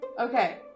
Okay